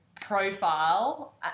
profile